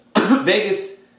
Vegas